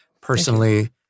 personally